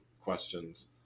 questions